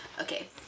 okay